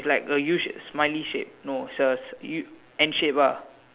like a U shape smiley shape no it's a U N shape ah